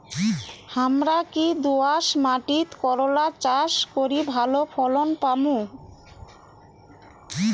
হামরা কি দোয়াস মাতিট করলা চাষ করি ভালো ফলন পামু?